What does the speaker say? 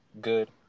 good